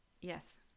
Yes